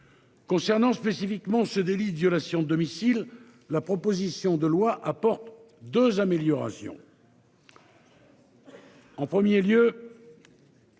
Concernant spécifiquement ce délit de violation de domicile. La proposition de loi apporte 2 améliorations. En 1er lieu.